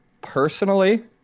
personally